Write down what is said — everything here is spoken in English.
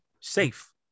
safe